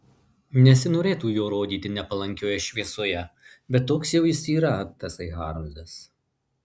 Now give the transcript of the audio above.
nesinorėtų jo rodyti nepalankioje šviesoje bet toks jau jis yra tasai haroldas